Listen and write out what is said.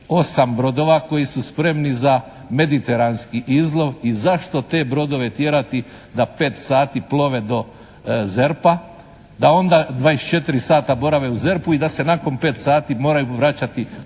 8 brodova koji su spremni za mediteranski izlov i zašto te brodove tjerati da 5 sati plove do ZERP-a, da onda 24 sata borave u ZERP-u i da se nakon 5 sati moraju vraćati